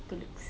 good looks